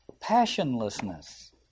passionlessness